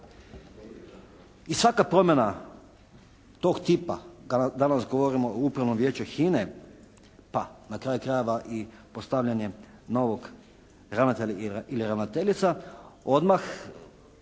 I svaka promjena tog tipa danas govorimo o Upravnom vijeću HINA-e, pa na kraju krajeva i postavljanjem novog ravnatelja ili ravnateljica, odmah